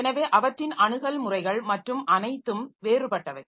எனவே அவற்றின் அணுகல் முறைகள் மற்றும் அனைத்தும் வேறுபட்டவை